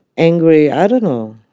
angry. i don't know.